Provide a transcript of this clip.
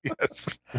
Yes